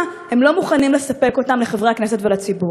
לא מוכנים לספק אותן לחברי הכנסת ולציבור?